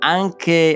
anche